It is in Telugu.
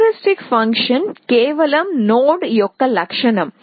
హ్యూరిస్టిక్ ఫంక్షన్ కేవలం నోడ్ యొక్క లక్షణం